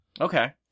Okay